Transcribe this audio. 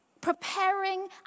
preparing